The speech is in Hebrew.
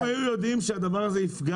אבל אם היו יודעים שהדבר הזה יפגע